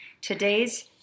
Today's